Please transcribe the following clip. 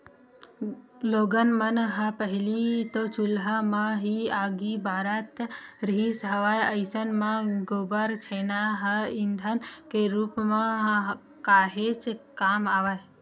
लोगन मन ह पहिली तो चूल्हा म ही आगी बारत रिहिस हवय अइसन म गोबर छेना ह ईधन के रुप म काहेच काम आवय